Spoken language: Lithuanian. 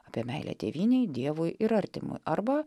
apie meilę tėvynei dievui ir artimui arba